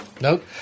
Nope